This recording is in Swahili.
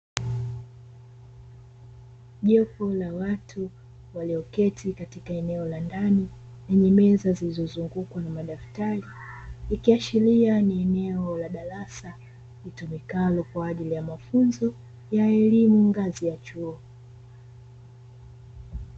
Jopo la watu walioketi katika eneo la ndani lenye meza zilizozungukwa na madaftari, ikiashiria ni eneo la darasa litumikalo kwa ajili ya mafunzo ya elimu ngazi ya chuo.